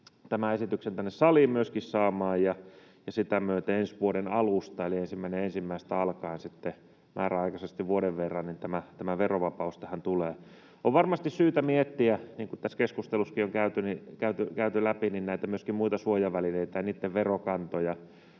tämän esityksen tänne saliin saamaan ja sitä myöten ensi vuoden alusta eli 1.1. alkaen sitten määräaikaisesti vuoden verran tämä verovapaus tähän tulee. On varmasti syytä miettiä, niin kuin tässä keskustelussakin on käyty läpi, myöskin muita suojavälineitä ja niitten verokantoja: